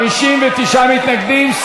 59 מתנגדים.